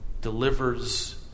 delivers